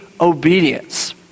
obedience